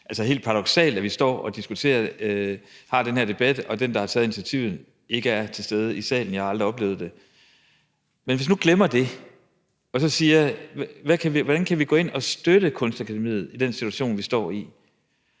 står og diskuterer og har den her debat, og at den, der har taget initiativet, ikke er til stede i salen, har jeg aldrig oplevet før. Men hvordan kan vi gå ind og støtte Kunstakademiet i den situation, vi står i?